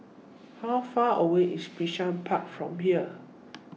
How Far away IS Bishan Park from here